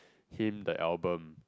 him the album